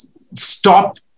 stop